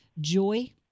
joy